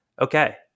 okay